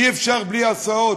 אי-אפשר בלי הסעות,